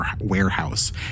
warehouse